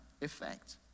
effect